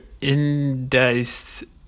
indices